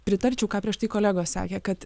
pritarčiau ką prieš tai kolegos sakė kad